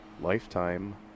lifetime